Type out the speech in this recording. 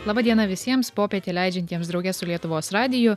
laba diena visiems popietę leidžiantiems drauge su lietuvos radiju